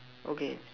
okay